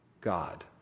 God